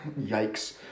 Yikes